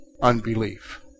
unbelief